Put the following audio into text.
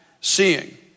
seeing